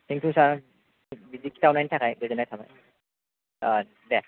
thank you sir बिदि खिथाहरनायनि थाखाय गोजोननाय थाबाय दे